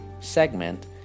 segment